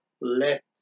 let